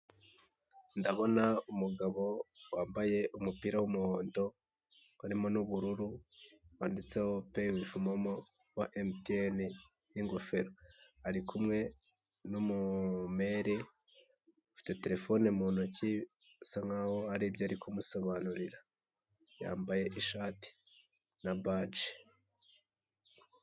Ndabona umugabo wambaye umupira w'umuhondo urimo n'ubururu wanditseho peyi wivi momo wa MTN n'ingofero ari kumwe n'umumere ufite terefone mu ntoki usa nk'aho hari ibyo ari kumusobanurira yambaye ishati na baji.